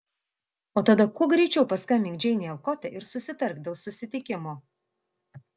o tada kuo greičiau paskambink džeinei alkote ir susitark dėl susitikimo